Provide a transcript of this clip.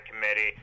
committee